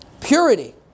Purity